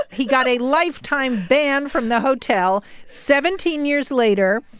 he got a lifetime ban from the hotel. seventeen years later,